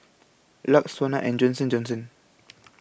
LUX Sona and Johnson Johnson